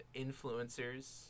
influencers